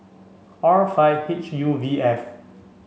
R five H U V F